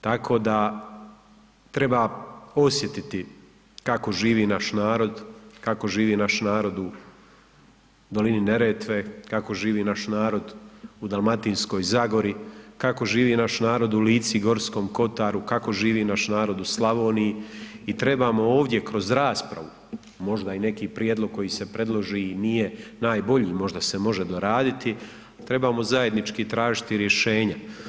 Tako da treba osjetiti kako živi naš narod, kako živi naš narod u dolini Neretve, kako živi naš narod u Dalmatinskoj zagori, kako živi naš narod u Lici i Gorskom kotaru, kako živi naš narod u Slavoniji i trebamo ovdje kroz raspravu možda i neki prijedlog koji se predloži i nije najbolji, možda se može doraditi, trebamo zajednički tražiti rješenja.